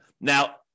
Now